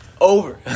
Over